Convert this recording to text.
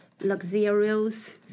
luxurious